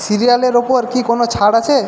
সিরিয়ালের ওপর কি কোনও ছাড় আছে